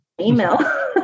email